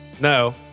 No